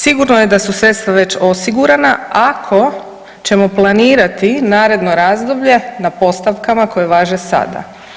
Sigurno je da su sredstva već osigurana ako ćemo planirati naredno razdoblje na postavkama koje važe sada.